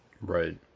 Right